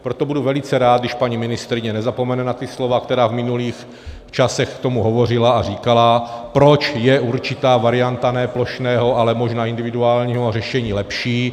Proto budu velice rád, když paní ministryně nezapomene na ta slova, která v minulých časech k tomu hovořila, a říkala, proč je určitá varianta ne plošného, ale možná individuálního řešení lepší.